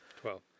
Twelve